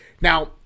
Now